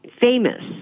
famous